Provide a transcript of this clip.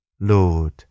Lord